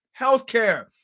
Healthcare